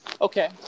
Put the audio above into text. okay